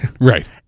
right